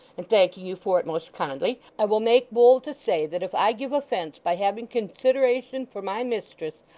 and thanking you for it most kindly, i will make bold to say, that if i give offence by having consideration for my mistress,